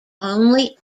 only